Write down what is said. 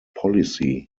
policy